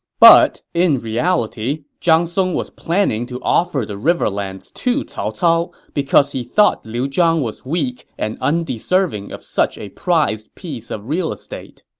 but in reality, zhang song was planning to offer the riverlands to cao cao because he thought liu zhang was weak and undeserving of such a prized piece of real estate.